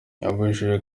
yabijeje